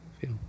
feel